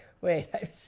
Wait